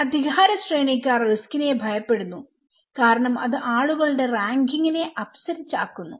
അധികാരശ്രേണിക്കാർ റിസ്കിനെ ഭയപ്പെടുന്നു കാരണം അത് ആളുകളുടെ റാങ്കിംഗിനെ അപ്സെറ്റ് ആക്കുന്നു